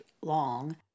long